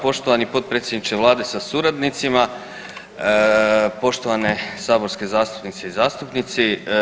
Poštovani potpredsjedniče Vlade sa suradnicima, poštovane saborske zastupnice i zastupnici.